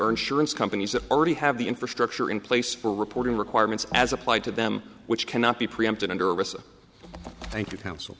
or insurance companies that already have the infrastructure in place for reporting requirements as applied to them which cannot be preempted under thank you counsel